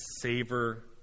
savor